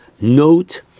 Note